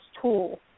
tool